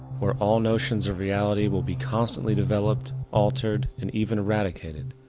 where all notions of reality will be constantly developed, altered and even eradicated,